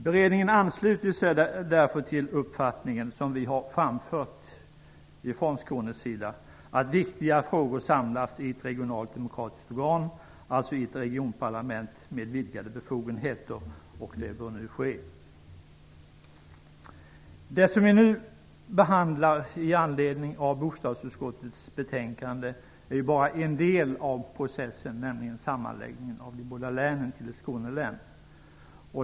Beredningen ansluter sig därför till den uppfattning som vi har framfört från Skånes sida, att viktiga frågor bör samlas i ett regionalt demokratiskt organ, alltså i ett regionparlament med vidgade befogenheter. Det bör nu ske. Det som vi nu behandlar med anledning av bostadsutskottets betänkande är bara en del av processen, nämligen sammanläggningen av de båda länen till ett Skånelän.